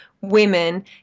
women